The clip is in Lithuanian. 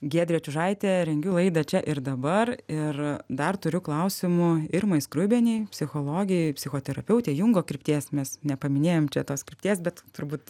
giedrė čiužaitė rengiu laidą čia ir dabar ir dar turiu klausimų irmai skruibienei psichologei psichoterapeutei jungo krypties mes nepaminėjom čia tos krypties bet turbūt